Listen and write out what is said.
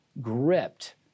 gripped